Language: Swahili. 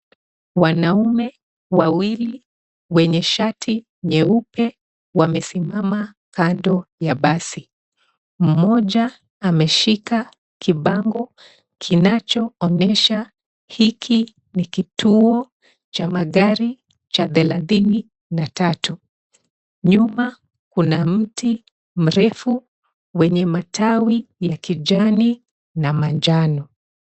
Wanaume wawili wenye shati nyeupe wamesimama kando ya basi. Mmoja ameshika kibango kinachoonyesha hiki ni kituo cha magari cha thelathini na tatu. Nyuma kuna mti mrefu wenye matawi ya kijani na manjano.